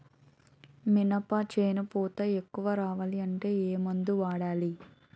మినప చేను పూత ఎక్కువ రావాలి అంటే ఏమందు వాడాలి?